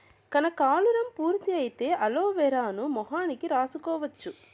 కనకాలురం పూర్తి అయితే అలోవెరాను మొహానికి రాసుకోవచ్చు